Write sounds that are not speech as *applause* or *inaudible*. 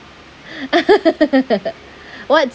*laughs* what's